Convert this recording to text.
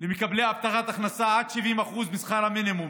למקבלי הבטחת הכנסה עד 70% משכר המינימום,